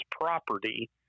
property